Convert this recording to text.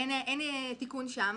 אין תיקון שם.